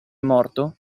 morto